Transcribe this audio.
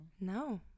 No